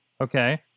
Okay